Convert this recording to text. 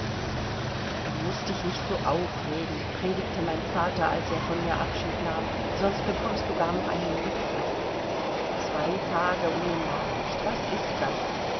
du mußt dich nicht so aufregen predigte mein vater als er von mir abschied nahm sonst bekommst du gar noch einen rückfall zwei tage ohne nachricht was ist das